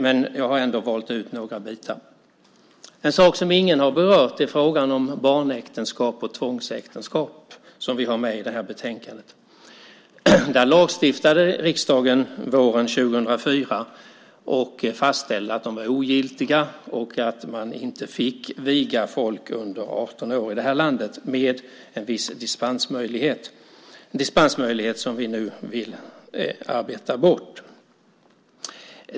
Jag har ändå valt ut några bitar. En sak som ingen har berört är frågan om barnäktenskap och tvångsäktenskap som finns med i betänkandet. Riksdagen lagstiftade våren 2004 och fastställde att dessa var ogiltiga och att man i vårt land inte fick viga folk under 18 år. En viss dispensmöjlighet fanns dock, men den vill vi nu arbeta bort.